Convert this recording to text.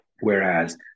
Whereas